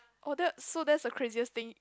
oh that so that's the craziest thing